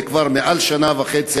זה כבר מעל שנה וחצי,